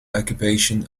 occupation